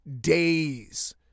days